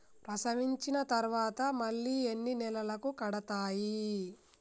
ప్రసవించిన తర్వాత మళ్ళీ ఎన్ని నెలలకు కడతాయి?